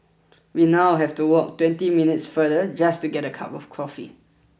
we now have to walk twenty minutes farther just to get a cup of coffee